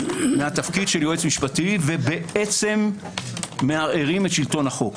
מהתפקיד של יועץ משפטי ובעצם מערערים את שלטון החוק.